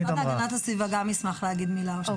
המשרד להגנת הסביבה גם ישמח להגיד מילה או שתיים.